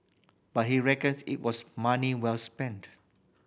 but he reckons it was money well spent